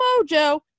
mojo